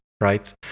right